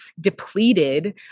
depleted